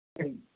சரிங்க